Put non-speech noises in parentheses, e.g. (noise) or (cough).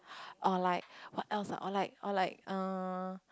(breath) or like what else ah or like or like err